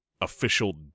official